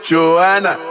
Joanna